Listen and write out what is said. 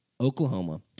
Oklahoma